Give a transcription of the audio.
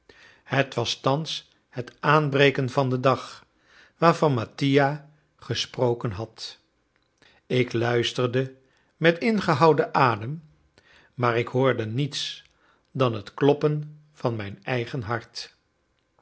het was thans het aanbreken van den dag waarvan mattia gesproken had ik luisterde met ingehouden adem maar ik hoorde niets dan het kloppen van mijn eigen hart